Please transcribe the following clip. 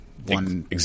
one